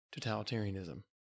totalitarianism